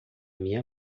minha